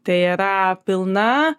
tai yra pilna